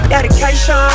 Dedication